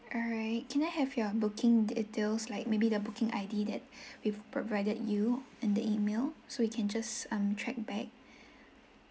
alright can I have your booking details like maybe the booking I D that we provided you and the email so we can just um track back